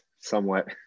somewhat